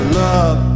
love